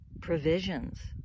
provisions